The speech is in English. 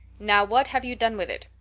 now, what have you done with it?